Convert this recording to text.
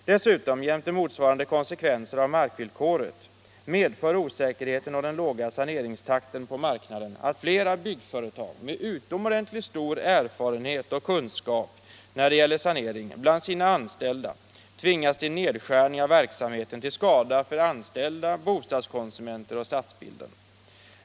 Dessutom medför — jämte motsvarande konsekvenser av markvillkoret — osäkerheten och den låga saneringstakten på marknaden att flera byggföretag med utomordentligt erfarna och kunniga anställda när det gäller sanering tvingas till nedskärning av verksamheten till skada för anställda, bostadskonsumenter och stadsbilder.